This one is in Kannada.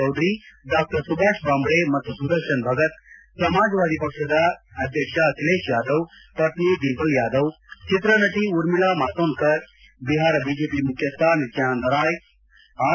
ಚೌಧರಿ ಡಾ ಸುಭಾಷ್ ಭಾವ್ರು ಮತ್ತು ಸುದರ್ಶನ್ ಭಗತ್ ಸಮಾಜವಾದಿ ಪಕ್ಷದ ಅಧ್ಯಕ್ಷ ಅಖಿಲೇಶ್ ಯಾದವ್ ಪತ್ನಿ ಡಿಂಪಲ್ ಯಾದವ್ ಚಿತ್ರ ನಟಿ ಊರ್ಮಿಳಾ ಮಾತೊಂಡ್ತರ್ ಬಿಹಾರ ಬಿಜೆಪಿ ಮುಖ್ಯಸ್ನ ನಿತ್ಲಾನಂದ ರಾಯ್ ಆರ್